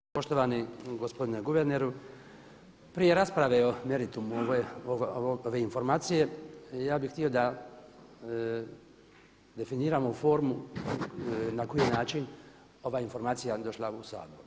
Poštovani gospodine guverneru prije rasprave o meritumu ove informacije ja bih htio da definiramo formu na koji način je ova informacija došla u Sabor.